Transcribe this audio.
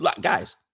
guys